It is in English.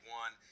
one